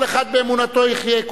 כל אחד באמונתו יחיה.